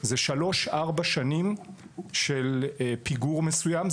אלו שלוש או ארבע שנים של פיגור מסוים.